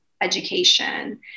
education